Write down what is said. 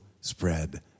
spread